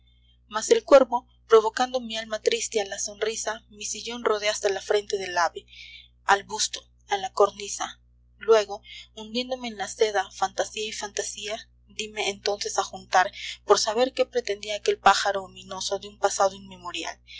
mas el cuervo provocando mi alma triste a la sonrisa mi sillón rodé hasta el frente al ave al busto a la cornisa luego hundiéndome en la seda fantasía y fantasía dime entonces a juntar por saber qué pretendía aquel pájaro ominoso de un pasado inmemorial